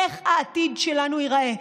איך העתיד שלנו ייראה.